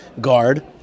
guard